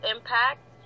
Impact